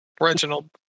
Reginald